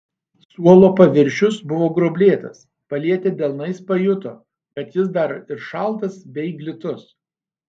suolo paviršius buvo gruoblėtas palietę delnais pajuto kad jis dar ir šaltas bei glitus